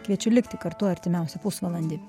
kviečiu likti kartu artimiausią pusvalandį